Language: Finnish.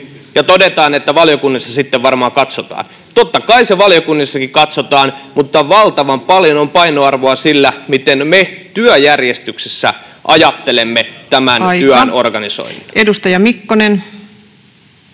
ja todetaan, että valiokunnissa sitten varmaan katsotaan. Totta kai se valiokunnissakin katsotaan, mutta valtavan paljon on painoarvoa sillä, miten me työjärjestyksessä ajattelemme tämän [Puhemies: Aika!]